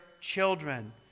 children